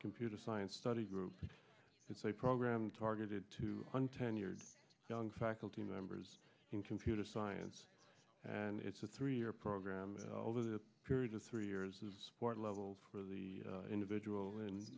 computer science study group and it's a program targeted to one tenured young faculty members in computer science and it's a three year program over the period of three years of support level for the individual and